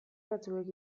batzuek